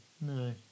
No